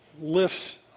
lifts